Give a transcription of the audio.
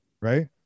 right